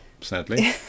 sadly